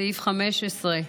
סעיף 15,